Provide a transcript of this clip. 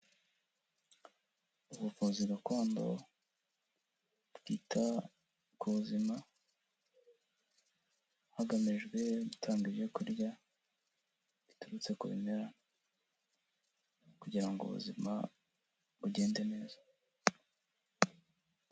Ubuvuzi gakondo bwita ku buzima hagamijwe gutanga ibyo kurya biturutse ku bimera kugira ngo ubuzima bugende neza.